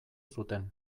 zuten